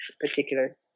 particular